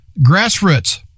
grassroots